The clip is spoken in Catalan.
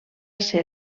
ser